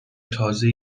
تازه